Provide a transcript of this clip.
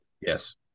yes